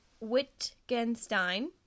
Wittgenstein